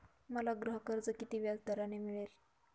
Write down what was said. मला गृहकर्ज किती व्याजदराने मिळेल?